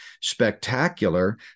spectacular